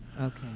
Okay